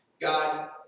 God